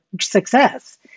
success